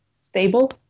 Stable